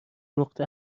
نقطه